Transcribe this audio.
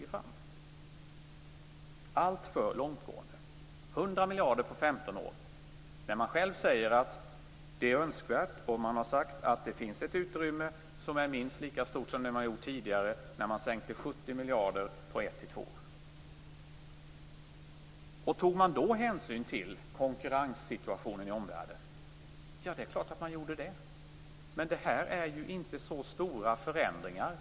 100 miljarder på 15 år är alltför långtgående, trots att man själv säger att det finns ett utrymme för en skatteväxling som är minst lika stor som den som har genomförts tidigare, då man sänkte skatten med 70 miljarder på ett-två år. Tog man då hänsyn till konkurrenssituationen i omvärlden? Ja, det är klart att man gjorde. Men här är det ju inte fråga om så stora förändringar.